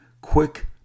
quick